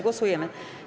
Głosujemy.